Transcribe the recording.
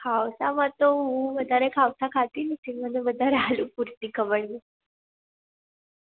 ખાઉસામાં તો હું વધારે ખાઉસા ખાતી નથી મને વધારે આલુ પૂરીની ખબર છે